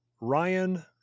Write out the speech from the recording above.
Ryan